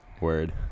word